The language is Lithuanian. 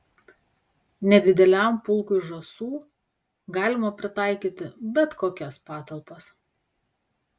nedideliam pulkui žąsų galima pritaikyti bet kokias patalpas